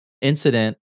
incident